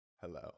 hello